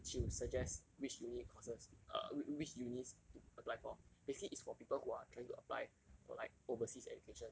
she will suggest which uni courses uh whi~ which unis to apply for basically it's for people who are trying to apply for like overseas education